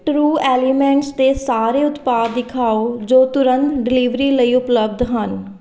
true Elements ਦੇ ਸਾਰੇ ਉਤਪਾਦ ਦਿਖਾਓ ਜੋ ਤੁਰੰਤ ਡਿਲੀਵਰੀ ਲਈ ਉਪਲੱਬਧ ਹਨ